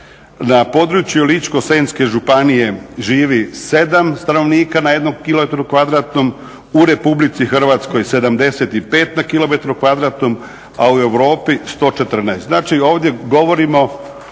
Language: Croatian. Na području Ličko-senjske županije živi 7 stanovnika na jednom kilometru kvadratnom, u Republici Hrvatskoj 75 na kilometru kvadratnom, a u Europi 114.